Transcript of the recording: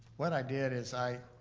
what i did is i